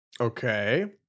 Okay